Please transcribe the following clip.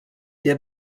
der